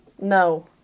No